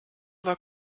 war